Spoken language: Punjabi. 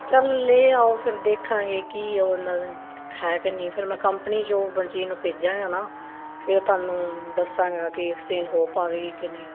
ਚੱਲ ਲੇ ਆਓ ਫਿਰ ਦੇਖਾਂਗੇ ਕਿ ਉਨ੍ਹਾਂ ਦਾ ਹੈ ਕੇ ਨਹੀਂ ਫਿਰ ਮੈਂ ਕੰਪਨੀ ਜੋ ਭੇਜਾਂਗਾ ਨਾ ਫਿਰ ਤੁਹਾਨੂੰ ਦੱਸਾਂਗਾ ਕਿ ਐਕਸਚੇਂਜ ਹੋ ਪਾਵੇਗੀ ਕਿ ਨਹੀਂ